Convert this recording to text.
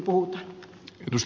arvoisa puhemies